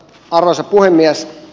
arvoisa puhemies